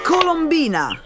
Colombina